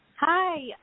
Hi